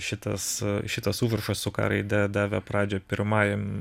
šitas šitas užrašas su k raide davė pradžią pirmajam